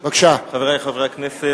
חברי חברי הכנסת,